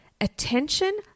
attention